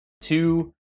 Two